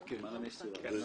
זה